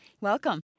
Welcome